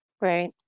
right